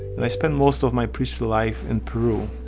and i spent most of my preschool life in peru.